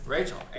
Rachel